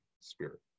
Spirit